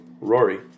Rory